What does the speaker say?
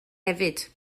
hefyd